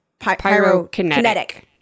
pyrokinetic